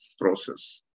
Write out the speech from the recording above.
process